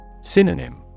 Synonym